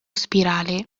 spirale